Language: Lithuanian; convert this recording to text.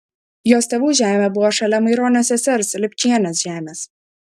jos tėvų žemė buvo šalia maironio sesers lipčienės žemės